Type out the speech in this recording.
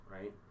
right